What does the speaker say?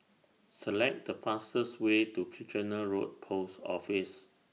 Select The fastest Way to Kitchener Road Post Office